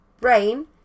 brain